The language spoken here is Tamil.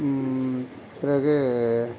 பிறகு